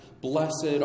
blessed